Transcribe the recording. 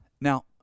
now